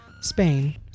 Spain